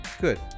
Good